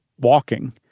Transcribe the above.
walking